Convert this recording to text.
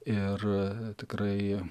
ir tikrai